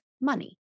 money